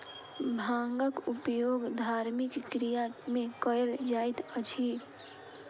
भांगक उपयोग धार्मिक क्रिया में कयल जाइत अछि